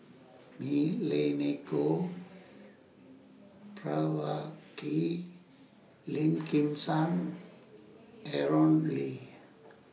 Milenko Prvacki Lim Kim San Aaron Lee